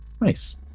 Nice